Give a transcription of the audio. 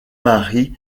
maries